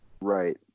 Right